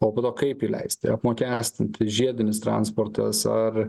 o kaip įleisti apmokestinti žiedinis transportas ar